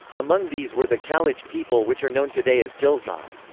among these were the khalaj people which are known today as ghilzai.